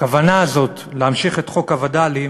הכוונה הזאת להמשיך את חוק הווד"לים